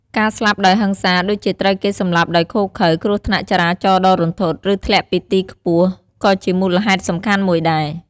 ការស្លាប់ដោយហិង្សា ដូចជាត្រូវគេសម្លាប់ដោយឃោរឃៅ គ្រោះថ្នាក់ចរាចរណ៍ដ៏រន្ធត់ ឬធ្លាក់ពីទីខ្ពស់ ក៏ជាមូលហេតុសំខាន់មួយដែរ។